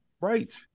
Right